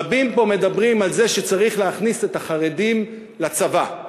רבים פה מדברים על זה שצריך להכניס את החרדים לצבא.